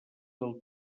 del